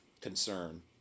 concern